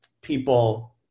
people